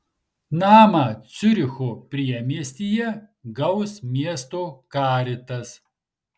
namą ciuricho priemiestyje gaus miesto caritas